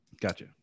Gotcha